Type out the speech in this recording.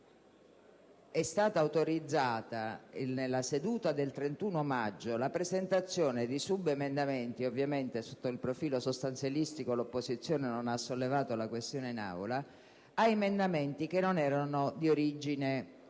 estata autorizzata, nella seduta del 31 maggio, la presentazione di subemendamenti – ovviamente sotto il profilo sostanzialistico l’opposizione non ha sollevato la questione in Aula – ad emendamenti che non erano di origine ne´